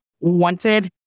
wanted